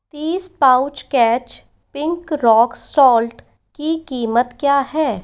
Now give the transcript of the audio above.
तीस pouch catch pink rock salt की कीमत क्या है